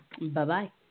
Bye-bye